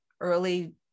early